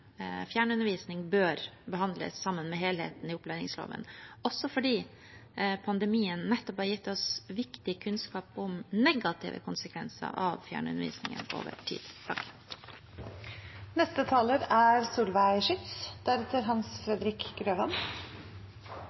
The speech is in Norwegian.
fjernundervisning bør behandles sammen med helheten i opplæringsloven, også fordi pandemien nettopp har gitt oss viktig kunnskap om negative konsekvenser av fjernundervisning over tid.